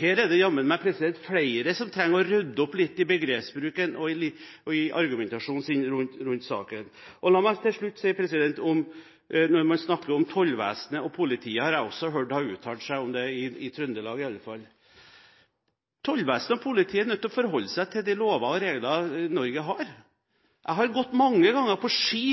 Her er det flere som trenger å rydde opp litt i begrepsbruken og argumentasjonen i saken. La meg til slutt si om Tollvesenet – og jeg har også hørt at politiet har uttalt seg, i alle fall i Trøndelag: Tollvesenet og politiet er nødt til å forholde seg til de lover og regler som Norge har. Jeg har gått mange ganger på ski